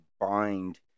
bind